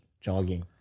jogging